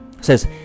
says